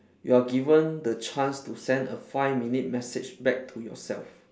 you are given the chance to send a five minute message back to yourself